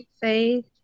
faith